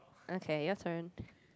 okay your turn